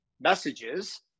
messages